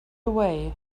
away